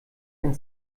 ein